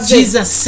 Jesus